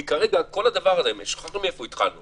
כי כרגע כל הדבר הזה, שכחנו מאיפה התחלנו,